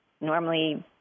Normally